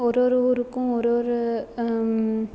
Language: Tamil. ஒரு ஒரு ஊருக்கும் ஒரு ஒரு